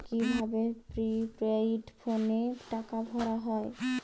কি ভাবে প্রিপেইড ফোনে টাকা ভরা হয়?